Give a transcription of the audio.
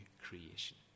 creation